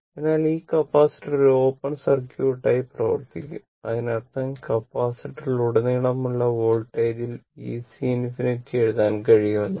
അതിനാൽ ഈ കപ്പാസിറ്റർ ഒരു ഓപ്പൺ സർക്യൂട്ടായി പ്രവർത്തിക്കും അതിനർത്ഥം കപ്പാസിറ്ററിലുടനീളമുള്ള വോൾട്ടേജിൽ VC ∞ എഴുതാൻ കഴിയും എന്നാണ്